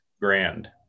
grand